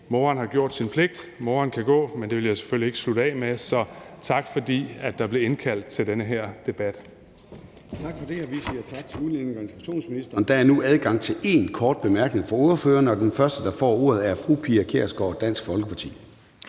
Moren har gjort sin pligt, moren kan gå. Men det vil jeg selvfølgelig ikke slutte af med. Så tak, fordi der blev indkaldt til denne her debat.